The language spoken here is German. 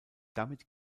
damit